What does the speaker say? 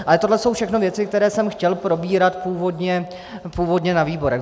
Ale tohle jsou všechno věci, které jsem chtěl probírat původně na výborech.